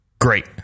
great